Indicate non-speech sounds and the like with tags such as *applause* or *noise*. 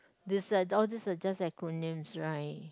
this *noise* all these are just acronyms right